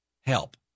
help